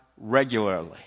regularly